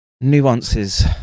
nuances